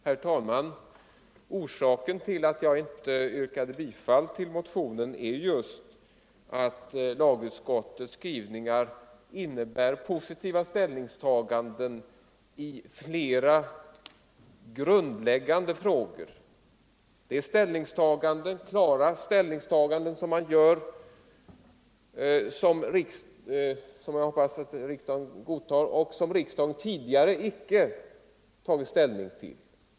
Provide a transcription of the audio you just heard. Herr talman! Orsaken till att jag inte yrkade bifall till motionen är just att lagutskottets skrivning innebär positiva ställningstaganden i flera grundläggande frågor. Det är klara ställningstaganden — och jag hoppas att riksdagen godtar dessa — i frågor som riksdagen tidigare inte tagit ställning till.